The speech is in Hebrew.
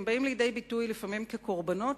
הם באים לידי ביטוי לפעמים כקורבנות,